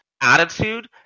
attitude